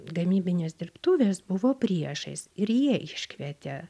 gamybinės dirbtuvės buvo priešais ir jie iškvietė